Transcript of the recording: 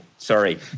Sorry